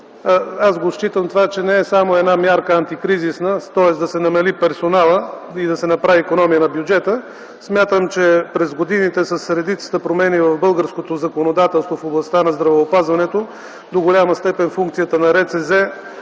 Аз считам, че това не е само една антикризисна мярка, тоест да се намали персоналът и да се направи икономия на бюджета. Смятам, че през годините с редицата промени в българското законодателство в областта на здравеопазването до голяма степен много от функциите на РЦЗ